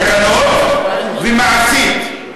בתקנות, ומעשית.